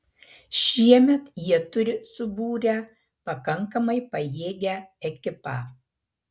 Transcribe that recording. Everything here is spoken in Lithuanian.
šiemet jie turi subūrę pakankamai pajėgią ekipą